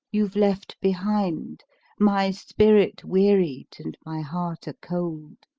you've left behind my spirit wearied and my heart a-cold